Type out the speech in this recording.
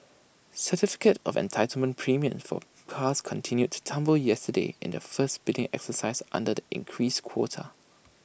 certificate of entitlement premiums for cars continued to tumble yesterday in the first bidding exercise under the increased quota